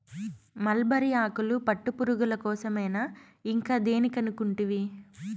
mulberry ఆకులు పట్టుపురుగుల కోసరమే ఇంకా దేని కనుకుంటివి